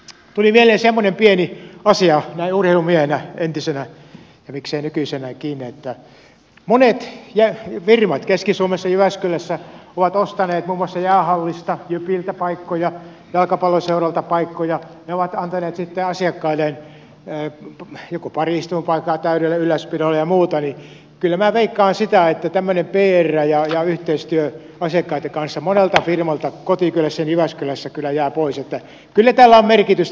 tuli mieleen semmoinen pieni asia näin urheilumiehenä entisenä miksei nykyisenäkin että kun monet firmat keski suomessa jyväskylässä ovat ostaneet muun muassa jäähallista jypiltä paikkoja jalkapalloseuralta paikkoja ne ovat antaneet asiakkailleen pari istuinpaikkaa täydellä ylöspidolla ja muuta niin kyllä minä veikkaan että tämmöinen pr ja yhteistyö asiakkaitten kanssa monelta firmalta kotikylässäni jyväskylässä jää pois että kyllä tällä on merkitystä